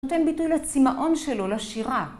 נותן ביטוי לצמאון שלו, לשירה.